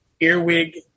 Earwig